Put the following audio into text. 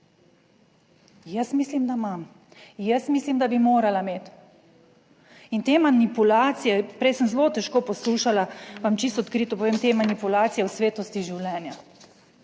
Jaz mislim, da imam, jaz mislim, da bi morala imeti in te manipulacije, prej sem zelo težko poslušala, vam čisto odkrito povem, te manipulacije o svetosti življenja,